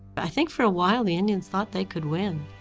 i think for a while the indians thought they could win,